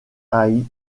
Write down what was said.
aït